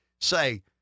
say